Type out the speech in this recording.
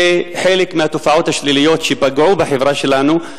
אלה חלק מהתופעות השליליות שפגעו בחברה שלנו.